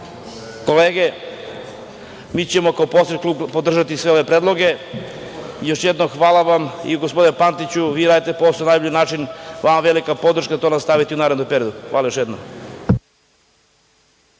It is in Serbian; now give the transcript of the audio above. kolege, mi ćemo kao poslanički klub podržati sve ove predloge. Još jednom, hvala vam. Gospodine Pantiću, vi radite posao na najbolji način i vama velika podrška da tako nastavite i u narednom periodu. Hvala još jednom.